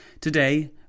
Today